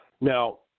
Now